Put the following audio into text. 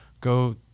go